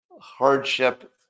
hardship